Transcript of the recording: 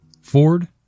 Ford